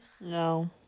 No